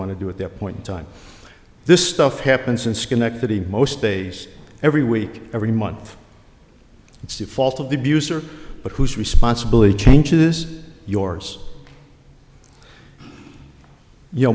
want to do at that point in time this stuff happens in schenectady most days every week every month it's the fault of the abuser but whose responsibility change is yours y